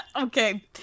okay